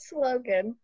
Slogan